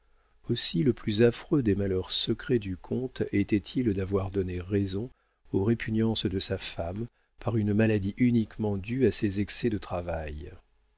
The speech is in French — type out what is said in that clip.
aussi le plus affreux des malheurs secrets du comte était-il d'avoir donné raison aux répugnances de sa femme par une maladie uniquement due à ses excès de travail